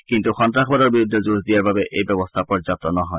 কিন্তু সন্নাসবাদৰ বিৰুদ্ধে যুঁজ দিয়াৰ বাবে এই ব্যৱস্থা পৰ্যাপ্ত নহয়